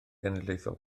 genedlaethol